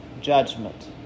judgment